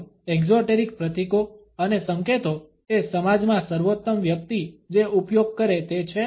શું એક્ઝોટેરિક પ્રતીકો અને સંકેતો એ સમાજમાં સર્વોત્તમ વ્યક્તિ જે ઉપયોગ કરે તે છે